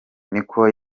niko